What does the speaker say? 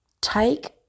take